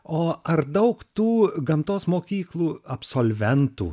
o ar daug tų gamtos mokyklų absolventų